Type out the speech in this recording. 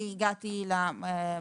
אמרתי לך שאתם יכולים להגיע לוועדה.